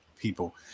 people